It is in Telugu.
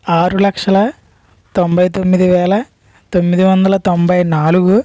ఆరు లక్షల తొంభై తొమ్మిది వేల తొమ్మిది వందల తొంభై నాలుగు